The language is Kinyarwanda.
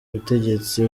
ubutegetsi